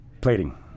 plating